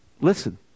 listen